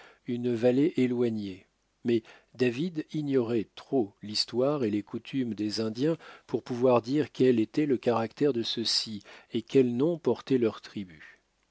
une vallée éloignée mais david ignorait trop l'histoire et les coutumes des indiens pour pouvoir dire quel était le caractère de ceux-ci et quel nom portait leur tribu